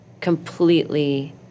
completely—